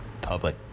public